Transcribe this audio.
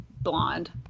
blonde